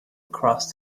across